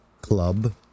club